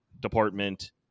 department